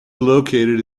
located